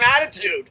attitude